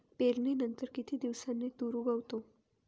पेरणीनंतर किती दिवसांनी तूर उगवतो?